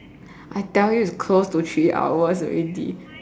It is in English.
I tell you it's close to three hours already